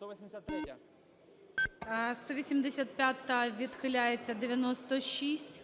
185-а відхиляється. 96.